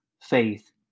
faith